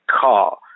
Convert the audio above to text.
car